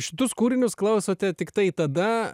šitus kūrinius klausote tiktai tada